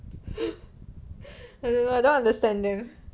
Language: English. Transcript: I don't know I don't understand them